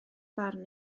barn